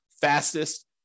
fastest